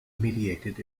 mediated